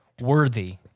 worthy